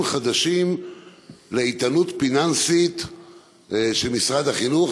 חדשים לאיתנות פיננסית של משרד החינוך.